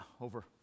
over